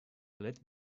let